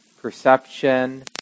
perception